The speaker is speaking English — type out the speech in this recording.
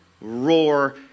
roar